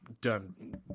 done